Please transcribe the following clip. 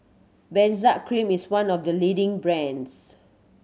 Benzac Cream is one of the leading brands